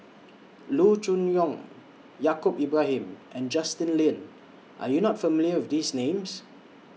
Loo Choon Yong Yaacob Ibrahim and Justin Lean Are YOU not familiar with These Names